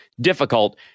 difficult